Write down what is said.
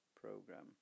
program